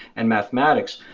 and mathematics,